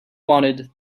wanted